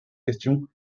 questions